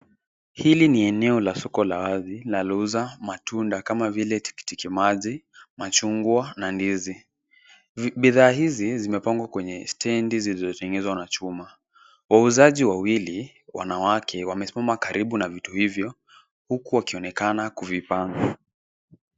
Hii ni eneo la soko la wazi na liuzwa matunda kama vile tikitimaji, machungwa na ndizi, bidhaa hizi zimepangwa kwenye standi zilizotengenezwa kwa chuma, wauzaji waiwili wanawake wamesimama karibu na vitu hivyo huku wakionekana kuvipanga.